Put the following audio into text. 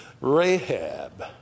Rahab